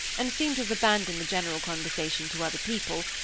and seemed to have abandoned the general conversation to other people,